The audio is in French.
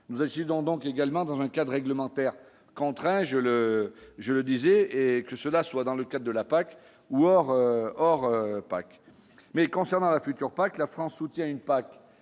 nous adjudant donc également dans un cadre réglementaire contraint, je le, je le disais, et que cela soit dans le cas de la PAC ou hors hors Pack mais concernant la future PAC : la France soutient une PAC